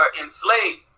enslaved